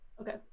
Okay